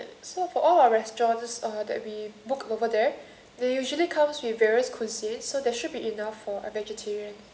so for all our restaurants uh that we booked over there they usually comes with various cuisines so there should be enough for a vegetarian